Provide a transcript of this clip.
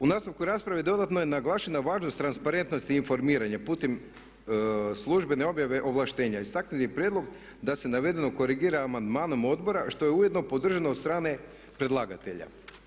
U nastavku rasprave dodatno je naglašena važnost transparentnosti informiranja putem službene objave ovlaštenja, istaknuti prijedlog da se navedeno korigira amandmanom odbora što je ujedno podržano od strane predlagatelja.